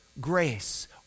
grace